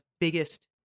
biggest